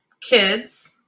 kids